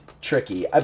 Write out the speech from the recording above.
tricky